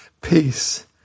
peace